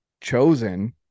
chosen